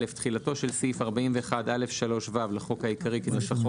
(א) תחילתו של סעיף 41(א)(3)(ו) לחוק העיקרי כנוסחו